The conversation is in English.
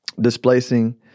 displacing